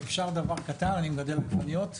אם אפשר דבר קטן, אני מגדל עגבניות.